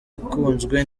ikunzwe